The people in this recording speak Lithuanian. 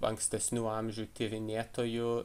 ankstesnių amžių tyrinėtojų